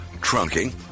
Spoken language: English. trunking